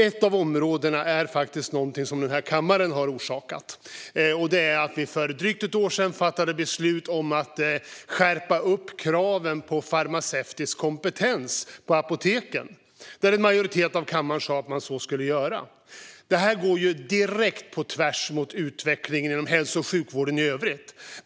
Ett av dem är något som denna kammare orsakade när vi för drygt ett år sedan fattade beslut om att skärpa kraven på farmaceutisk kompetens på apoteken. En majoritet av kammaren sa att man skulle göra så. Det här går direkt på tvärs mot utvecklingen inom hälso och sjukvården i övrigt.